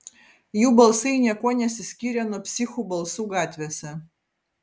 jų balsai niekuo nesiskyrė nuo psichų balsų gatvėse